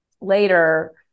later